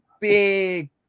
big